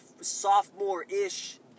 sophomore-ish